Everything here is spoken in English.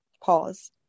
Pause